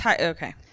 Okay